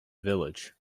village